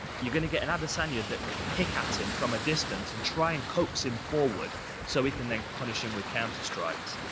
you're gonna get an adesanya that will pick at him from a distance and try and coax him forward so he can then punish him with counter strikes.